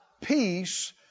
peace